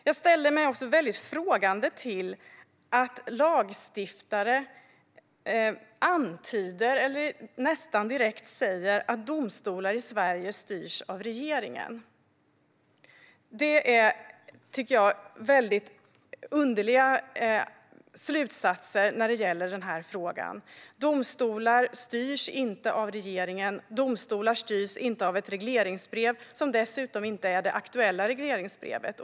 Jag ställer mig väldigt frågande till att lagstiftare antyder eller nästan direkt säger att domstolar i Sverige styrs av regeringen. Det blir, tycker jag, väldigt underliga slutsatser i den här frågan. Domstolar styrs inte av regeringen. Domstolar styrs inte av ett regleringsbrev som dessutom inte är det aktuella regleringsbrevet.